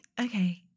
okay